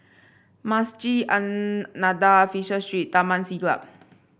Masjid An Nahdhah Fisher Street and Taman Siglap